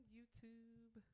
YouTube